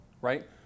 right